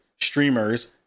streamers